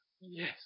yes